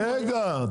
רגע.